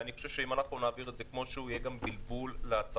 ואני חושב שאם נעביר את זה כמו שזה יהיה כאן בלבול לצרכנים.